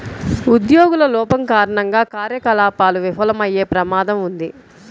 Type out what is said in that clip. ఉద్యోగుల లోపం కారణంగా కార్యకలాపాలు విఫలమయ్యే ప్రమాదం ఉంది